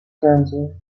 tinsel